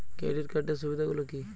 Credit কার্ডের সুবিধা গুলো কি?